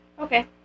Okay